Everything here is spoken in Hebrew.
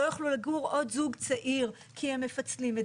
לא יוכלו לגור עוד זוג צעיר כי הם מפצלים את